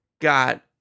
got